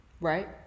Right